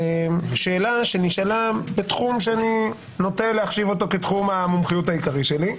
בשאלה שנשאלה בתחום שאני נוטה להחשיב אותו כתחום המומחיות העיקרית שלי: